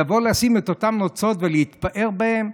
לבוא לשים את אותן נוצות ולהתפאר בהן.